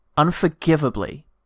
unforgivably